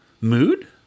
Mood